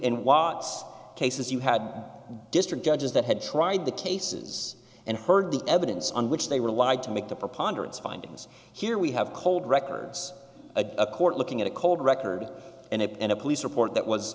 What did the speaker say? in watts cases you had district judges that had tried the cases and heard the evidence on which they relied to make the preponderance findings here we have cold records a court looking at a cold record and a police report that was